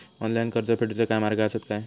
Online कर्ज फेडूचे काय मार्ग आसत काय?